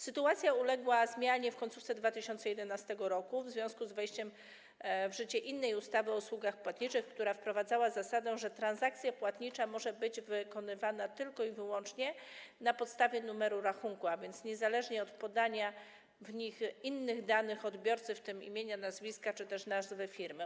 Sytuacja uległa zmianie w końcówce 2011 r. w związku z wejściem w życie innej ustawy o usługach płatniczych, która wprowadzała zasadę, że transakcja płatnicza może być wykonywana tylko i wyłącznie na podstawie numeru rachunku, a więc niezależnie od podania innych danych odbiorcy, w tym imienia, nazwiska czy też nazwy firmy.